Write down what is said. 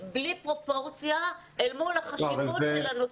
בלי פרופורציה אל מול החשיבות של הנושא.